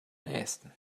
nähesten